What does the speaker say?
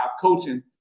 coaching